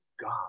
God